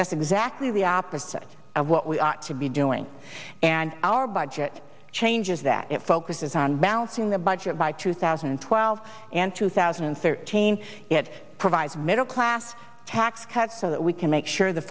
that's exactly the opposite of what we ought to be doing and our budget changes that it focuses on balancing the budget by two thousand and twelve and two thousand and thirteen it provides middle class tax cuts so that we can make sure the